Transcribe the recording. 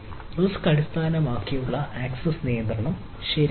risk അടിസ്ഥാനമാക്കിയുള്ള access നിയന്ത്രണം ശരിയാണ്